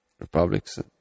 republics